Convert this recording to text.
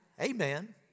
Amen